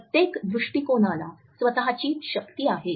प्रत्येक दृष्टीकोनाला स्वतःची शक्ती आहे